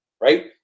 right